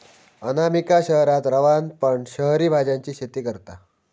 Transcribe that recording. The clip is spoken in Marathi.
अनामिका शहरात रवान पण शहरी भाज्यांची शेती करता